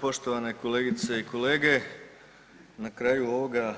Poštovane kolegice i kolege, na kraju ovoga